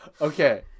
Okay